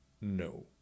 no